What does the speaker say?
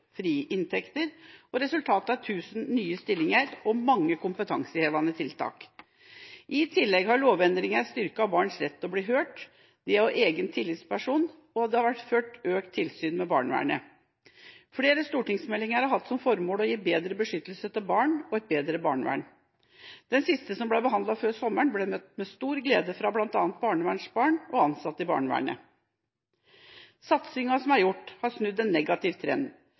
frie inntekter, og resultatet er 1 000 nye stillinger og mange kompetansehevende tiltak. I tillegg har lovendringer styrket barns rett til å bli hørt ved å ha egen tillitsperson, og det har vært ført økt tilsyn med barnevernet. Flere stortingsmeldinger har hatt som formål å gi bedre beskyttelse av barn og et bedre barnevern. Den siste som ble behandlet før sommeren, ble møtt med stor glede fra bl.a. barnevernsbarn og ansatte i barnevernet. Satsinga som er gjort, har snudd en negativ trend.